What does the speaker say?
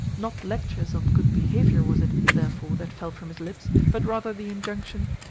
not lectures on good behaviour was it, therefore, that fell from his lips, but rather the injunction,